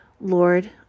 Lord